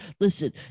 listen